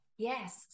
Yes